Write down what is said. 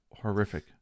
horrific